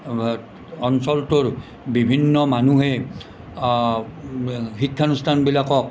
অঞ্চলটোৰ বিভিন্ন মানুহে শিক্ষানুষ্ঠানবিলাকক